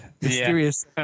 mysterious